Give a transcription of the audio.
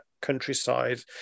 countryside